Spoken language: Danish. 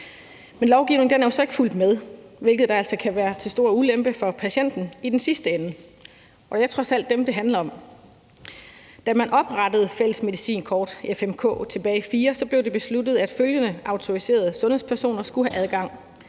Men lovgivningen er altså ikke fulgt med, hvilket kan være til stor ulempe for patienten i sidste ende, og det er trods alt dem, det handler om. Da man oprettede Fælles Medicinkort tilbage i 2004, blev det besluttet, at følgende autoriserede sundhedspersoner skulle have adgang: